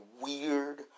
weird